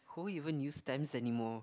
who even use stamps anymore